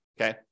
okay